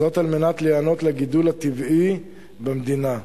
על מנת להיענות לגידול הטבעי במדינה.